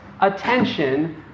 attention